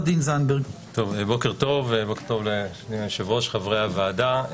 בוקר טוב, אדוני היושב-ראש, חברי הוועדה.